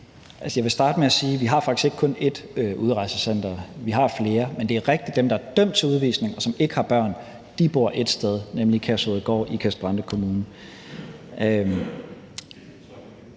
at vi faktisk ikke kun har ét udrejsecenter. Vi har flere. Men det er rigtigt, at dem, der er dømt til udvisning, og som ikke har børn, bor ét sted, nemlig på Kærshovedgård i Ikast-Brande Kommune.